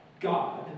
God